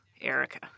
Erica